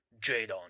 Jadon